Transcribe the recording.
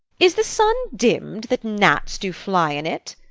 is the sun dimm'd, that gnats do fly in it?